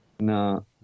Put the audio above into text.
No